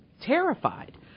terrified